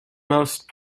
most